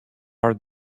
are